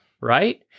right